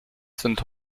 sind